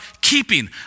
keeping